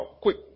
quick